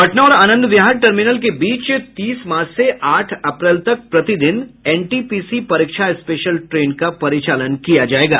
पटना और आनंद विहार टर्मिनल के बीच तीस मार्च से आठ अप्रैल तक प्रति दिन एनटीपीसी परीक्षा स्पेशल ट्रेन का परिचालन किया जायेगा